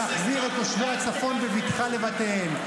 להחזיר את תושבי הצפון בבטחה לבתיהם.